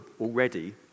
already